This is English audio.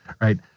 right